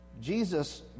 Jesus